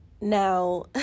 Now